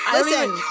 Listen